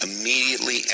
immediately